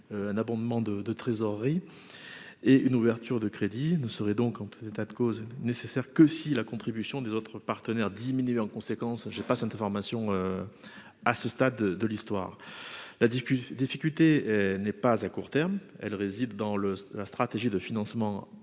un abondement de de trésorerie et une ouverture de crédit ne serait donc en tout état de cause nécessaire que si la contribution des autres partenaires diminué en conséquence, j'ai pas information à ce stade de l'histoire, la difficulté n'est pas à court terme, elle réside dans le la stratégie de financement